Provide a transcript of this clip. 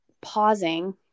pausing